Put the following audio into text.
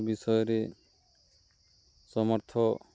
ବିଷୟରେ ସମର୍ଥ